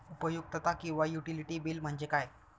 उपयुक्तता किंवा utility bill म्हणजे काय?